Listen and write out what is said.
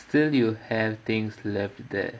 still you have things left there